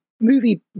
movie